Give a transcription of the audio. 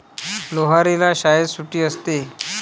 लोहरीला शाळेत सुट्टी असते